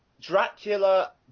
dracula